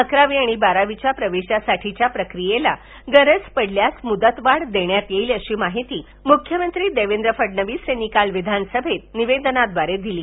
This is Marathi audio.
अकरावी आणि बारावीच्या प्रवेशासाठीच्या प्रक्रियेला देखील गरज पडल्यास मुदतवाढ देण्यात येईल अशी माहिती मुख्यमंत्री देवेंद्र फडणवीस यांनी काल विधानसभेत निवेदनाद्वारे दिली